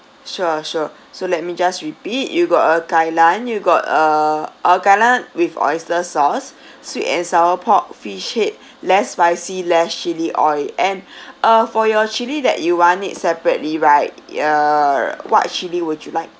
sure sure so let me just repeat you got a kai lan you got a ah kai lan with oyster sauce sweet and sour pork fish head less spicy less chilli oil and uh for your chilli that you want it separately right err what chilli would you like